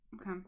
Okay